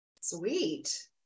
sweet